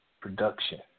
production